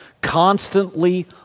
constantly